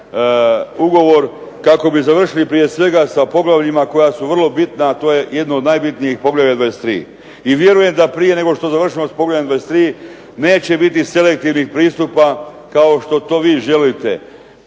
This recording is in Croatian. ugovor, kako bi završili prije svega sa poglavljima koja su vrlo bitna, a to je jedno od najbitnijih poglavlje 23. I vjerujem da prije nego što završimo s poglavljem 23. neće biti selektivnih pristupa kao što to vi želite.